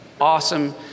Awesome